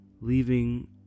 leaving